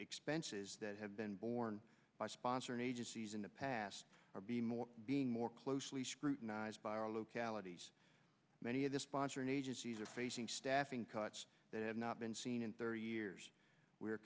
expenses that have been borne by sponsoring agencies in the past are being more being more closely scrutinized by our localities many of the sponsoring agencies are facing staffing cuts that have not been seen in thirty years we